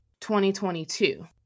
2022